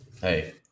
hey